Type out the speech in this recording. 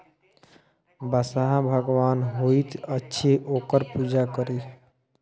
बसहा भगवान होइत अछि ओकर पूजा करी